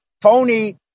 phony